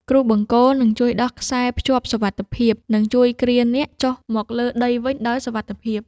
គ្រូបង្គោលនឹងជួយដោះខ្សែភ្ជាប់សុវត្ថិភាព និងជួយគ្រាហ៍អ្នកចុះមកលើដីវិញដោយសុវត្ថិភាព។